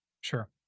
Sure